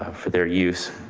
um for their use.